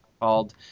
called